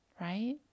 right